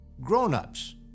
grown-ups